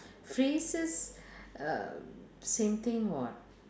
phrases um same thing [what]